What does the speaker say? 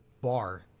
bar